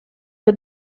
are